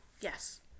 yes